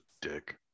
dick